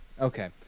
Okay